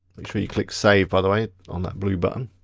make sure you click save, by on that blue button.